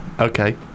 Okay